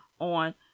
on